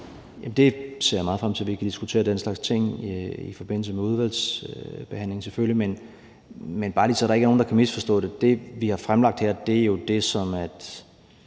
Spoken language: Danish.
Jeg ser meget frem til, at vi kan diskutere den slags ting, selvfølgelig i forbindelse med udvalgsbehandlingen. Men jeg vil bare lige sige, så der ikke er nogen, der kan misforstå det: Det, vi har fremlagt her, er jo det, som